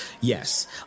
Yes